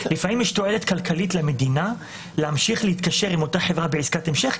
לפעמים יש תועלת כלכלית למדינה להמשיך להתקשר עם אותה חברה בעסקת המשך,